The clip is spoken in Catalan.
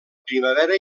primavera